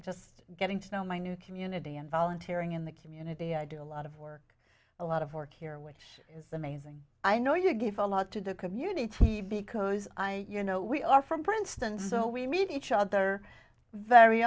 just getting to know my new community and volunteering in the community i do a lot of work a lot of work here which is amazing i know you give a lot to the community because i you know we are from princeton so we meet each other very